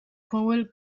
power